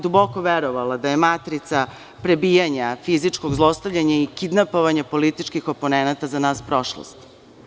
Duboko sam verovala da je matrica prebijanja, fizičkog zlostavljanja i kidnapovanja političkih oponenata za nas prošlost.